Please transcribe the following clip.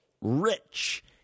rich